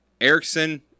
erickson